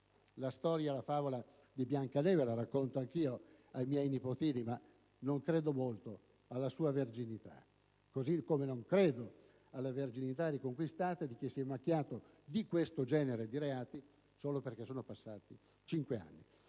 di tempo. La favola di Biancaneve la racconto anch'io ai miei nipotini, ma non credo molto alla sua verginità, così come non credo alla verginità riconquistata di chi si è macchiato di questo genere di reati solo perché sono passati cinque anni.